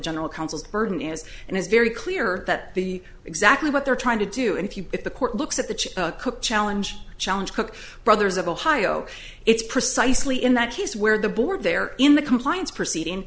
general counsel's burden is and it's very clear that the exactly what they're trying to do and if you if the court looks at the chief cook challenge challenge cook brothers of ohio it's precisely in that case where the board there in the compliance proceeding